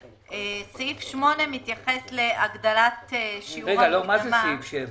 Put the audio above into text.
סעיף 8 מתייחס להגדלת שיעור המקדמה --- מה זה סעיף 7?